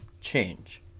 change